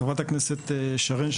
חברת הכנסת שרן השכל,